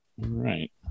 right